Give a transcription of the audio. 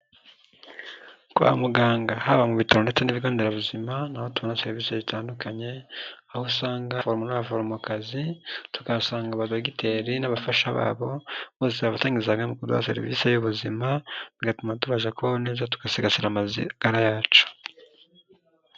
Kwa muganga haba mu bitaro ndetse n'ibigo nderabuzima, ni aho tubona serivisi zitandukanye, aho usanga abaforomo n'abaforomokazi, tukahasanga aba dogiteri n'abafasha babo, bose bafataniriza hamwe mukuduha serivisi y'ubuzima, bigatuma tubasha kubaho neza tugasigasira amagara yacu.